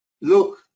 look